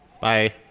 Bye